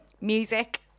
music